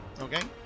Okay